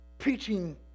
preaching